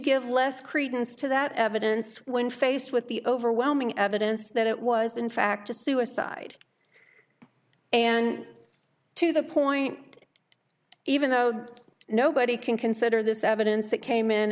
give less credence to that evidence when faced with the overwhelming evidence that it was in fact a suicide and to the point even though nobody can consider this evidence that came in